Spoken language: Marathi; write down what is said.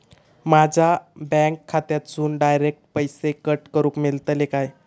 माझ्या बँक खात्यासून डायरेक्ट पैसे कट करूक मेलतले काय?